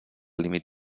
límit